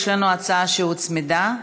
יש לנו הצעה שהוצמדה,